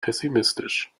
pessimistisch